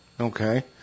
Okay